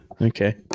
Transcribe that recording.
okay